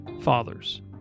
fathers